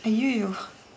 !aiyo!